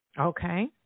Okay